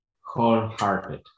whole-hearted